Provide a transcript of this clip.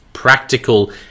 practical